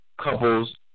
couples